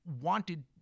wanted